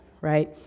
right